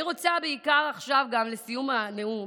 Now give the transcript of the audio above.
לסיום הנאום,